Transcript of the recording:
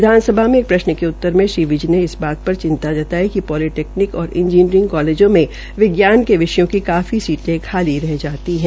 विधानसभा में प्रश्न के उत्तर में श्री विज ने इस बात पर चिंता जताई कि पालिटैक्निक और इंजीनियरिग कालेजों में विज्ञान के विषयों की काफी सीटें खाली रह जाती है